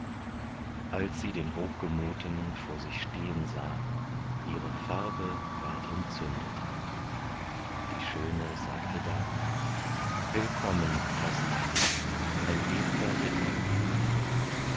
als sie den hochgemuten vor sich stehen sah ihre farbe ward entzündet die schöne sagte da willkommen herr siegfried ein edler ritter gut